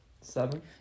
seven